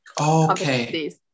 okay